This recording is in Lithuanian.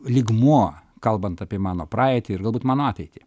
lygmuo kalbant apie mano praeitį ir galbūt mano ateitį